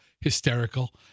hysterical